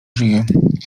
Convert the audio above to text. żyje